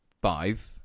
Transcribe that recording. Five